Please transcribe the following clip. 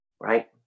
Right